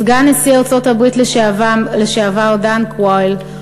סגן נשיא ארה"ב לשעבר דן קוויל,